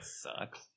sucks